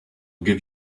give